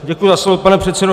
Děkuji za slovo, pane předsedo.